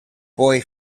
boy